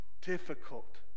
difficult